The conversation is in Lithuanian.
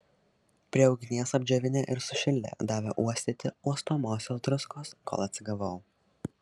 prie ugnies apdžiovinę ir sušildę davė uostyti uostomosios druskos kol atsigavau